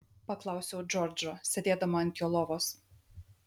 paklausiau džordžo sėdėdama ant jo lovos